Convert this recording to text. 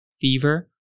fever